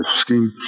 scheme